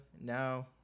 Now